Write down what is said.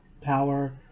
power